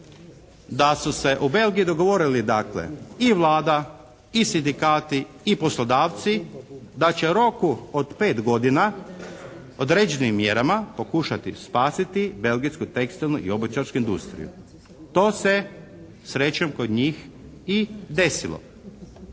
da su se u Belgiji dogovorili dakle i Vlada i sindikati i poslodavci da će u roku od 5 godina određenim mjerama pokušati spasiti belgijsku tekstilnu i obućarsku industriju. To se srećom kod njih i desilo.